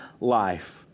life